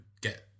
get